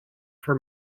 for